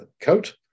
coat